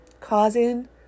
causing